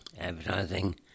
advertising